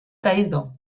caído